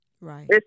Right